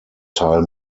teil